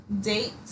date